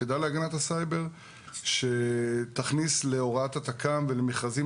של היחידה להגנת הסייבר שתכניס להוראת התכ"מ ולמכרזים